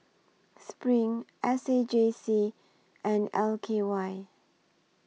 SPRING S A J C and L K Y